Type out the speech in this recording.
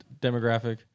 demographic